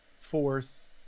force